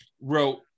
wrote